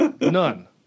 None